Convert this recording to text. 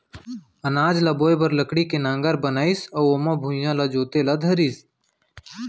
अनाज ल बोए बर लकड़ी के नांगर बनाइस अउ ओमा भुइयॉं ल जोते ल धरिस